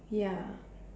ya